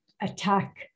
attack